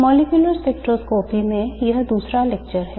molecular spectroscopy में यह दूसरा लेक्चर है